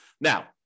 Now